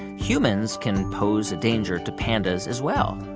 humans can pose a danger to pandas, as well